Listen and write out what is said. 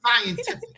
scientific